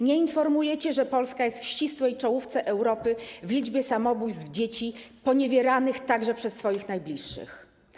Nie informujecie, że Polska jest w ścisłej czołówce Europy w liczbie samobójstw dzieci poniewieranych także przez ich najbliższych.